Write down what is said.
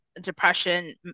depression